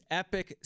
epic